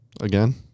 again